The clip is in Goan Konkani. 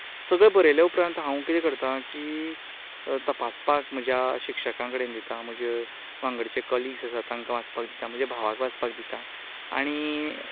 सगळें बरयवे उपरांत हांव कितें करतां की तपासपाक म्हज्या शिक्षकां कडेन दितां म्हज्या वांगडाचे कलीग्स आसात तांकां वाचपाक दिता म्हज्या भावांक वाचपाक दिता आनी